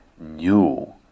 new